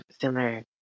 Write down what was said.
similar